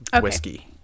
whiskey